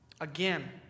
again